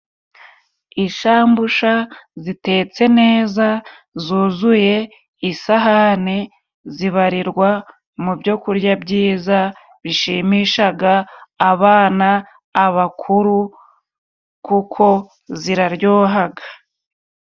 Ishambusha zitetse neza zuzuye isahani zibarirwa mubyo kurya byiza bishimishaga abana, abakuru, kuko ziraryohaga.